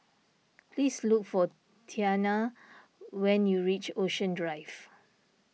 please look for Tianna when you reach Ocean Drive